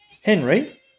Henry